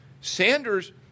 Sanders